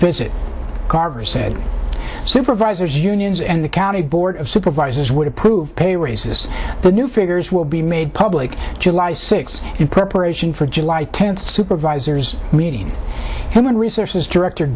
said supervisors unions and the county board of supervisors would approve pay raises the new figures will be made public july sixth in preparation for july tenth supervisors meeting human resources director